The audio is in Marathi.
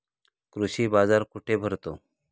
कृषी बाजार कुठे भरतो?